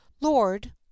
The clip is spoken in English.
lord